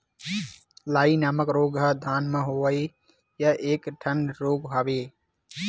लाई नामक रोग ह धान म होवइया एक ठन रोग हरय